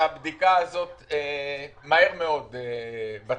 הבדיקה הייתה ניתנת לו מהר מאוד ובצפון.